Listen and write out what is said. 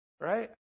right